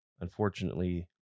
unfortunately